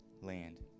land